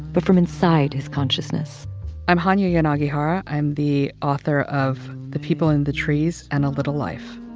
but from inside his consciousness i'm hanya yanagihara. i'm the author of the people in the trees and a little life.